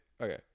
Okay